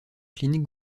clinique